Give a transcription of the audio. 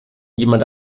jemand